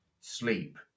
Sleep